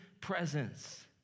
presence